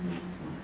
ya so